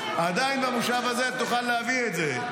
עדיין במושב הזה תוכל להביא את זה,